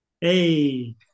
Hey